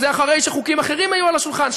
וזה אחרי שחוקים אחרים היו על השולחן,